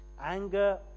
anger